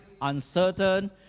uncertain